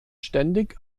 ständig